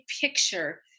picture